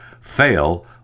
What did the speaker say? fail